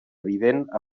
evident